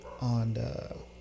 on